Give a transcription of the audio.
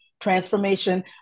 transformation